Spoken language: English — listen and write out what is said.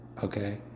okay